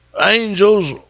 angels